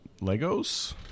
Legos